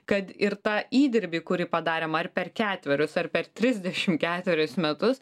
kad ir tą įdirbį kurį padarėm ar per ketverius ar per trisdešimt ketverius metus